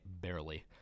barely